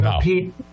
Pete